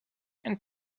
and